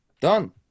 Done